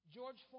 George